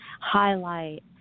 highlight